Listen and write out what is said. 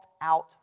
out